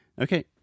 Okay